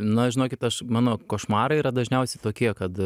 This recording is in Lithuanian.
na žinokit aš mano košmarai yra dažniausiai tokie kad